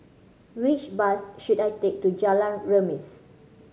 which bus should I take to Jalan Remis